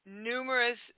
numerous